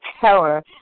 power